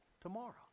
tomorrow